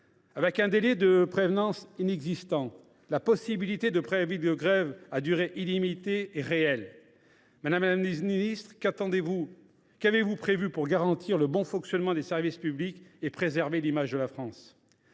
Avec un délai de prévenance inexistant, la possibilité de préavis de grève à durée illimitée est réelle. Qu’avez vous prévu, madame la ministre, pour garantir le bon fonctionnement des services publics et préserver l’image de la France ?